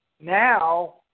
now